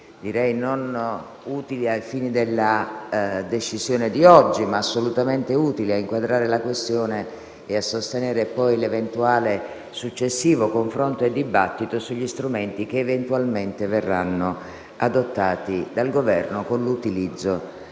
direi non utili ai fini della decisione di oggi, ma assolutamente utili ad inquadrare la questione e a sostenere l'eventuale successivo confronto e dibattito sugli strumenti che eventualmente verranno adottati dal Governo con l'utilizzo